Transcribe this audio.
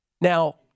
Now